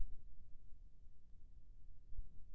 सिचाई कय प्रकार के होये?